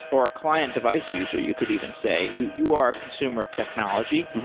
or a client device user, you could even say, you you are a consumer of technology.